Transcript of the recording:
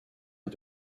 est